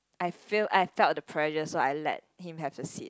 I feel I felt the pressure so I let him have the seat